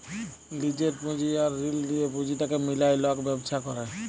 লিজের পুঁজি আর ঋল লিঁয়ে পুঁজিটাকে মিলায় লক ব্যবছা ক্যরে